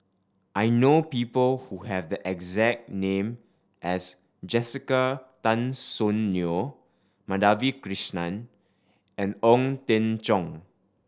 I know people who have the exact name as Jessica Tan Soon Neo Madhavi Krishnan and Ong Teng Cheong